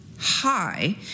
High